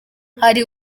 hari